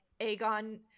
Aegon